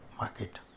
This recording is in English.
market